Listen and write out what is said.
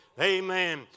Amen